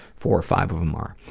four or five of them are.